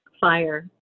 fire